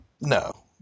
No